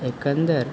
एकंदर